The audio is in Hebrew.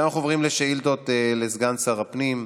עכשיו אנחנו עוברים לשאילתות לסגן שר הפנים,